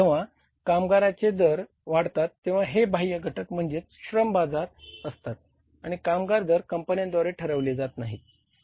जेव्हा कामगारांचे दर वाढतात तेव्हा ते बाह्य घटक म्हणजे श्रम बाजार असतात आणि कामगार दर कंपन्यांद्वारे ठरवले जात नाहीत